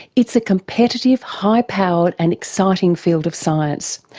it's a competitive, high-powered and exciting field of science,